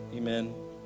Amen